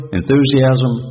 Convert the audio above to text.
enthusiasm